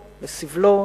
לסבלו,